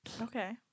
Okay